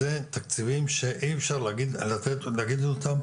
אלו תקציבים שאי אפשר להגדיר אותם